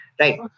right